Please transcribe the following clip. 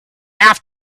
have